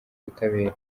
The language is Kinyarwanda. ubutabera